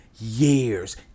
years